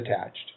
attached